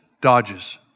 Dodges